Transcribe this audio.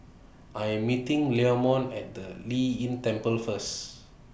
I Am meeting Leamon At The Lei Yin Temple First